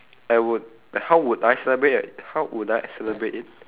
I would like how would I celebrate right how would I celebrate it